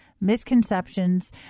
misconceptions